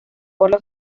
por